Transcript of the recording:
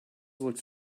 looked